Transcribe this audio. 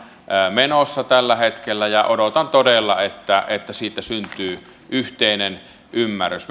menossa tällä hetkellä ja odotan todella että että siitä syntyy yhteinen ymmärrys